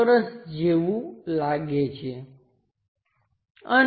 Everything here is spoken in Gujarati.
ચાલો હવે દેખાવો પરથી ઓબ્જેક્ટ ધારીએ